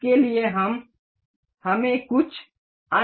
इसके लिए हमें कुछ अन्य ज्यामिति चाहिए